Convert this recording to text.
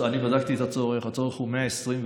אני בדקתי את הצורך, הצורך הוא 121,000,